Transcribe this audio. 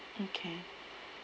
okay